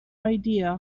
idea